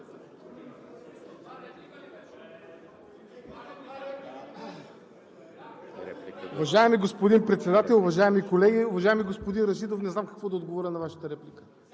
Уважаеми господин Председател, уважаеми колеги! Уважаеми господин Рашидов, не знам какво да отговоря на Вашата реплика,